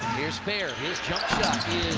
here's fair. his jump shot